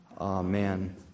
Amen